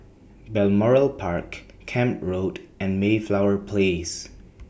Balmoral Park Camp Road and Mayflower Place